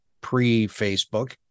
pre-Facebook